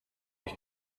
ich